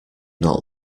not